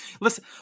Listen